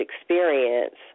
experience